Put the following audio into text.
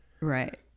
Right